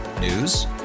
News